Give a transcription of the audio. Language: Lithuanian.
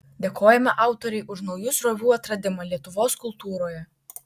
dėkojame autorei už naujų srovių atradimą lietuvos kultūroje